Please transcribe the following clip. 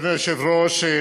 אדוני היושב-ראש,